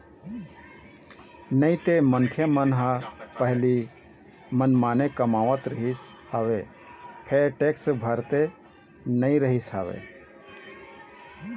नइते मनखे मन ह पहिली मनमाने कमावत रिहिस हवय फेर टेक्स भरते नइ रिहिस हवय